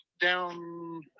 down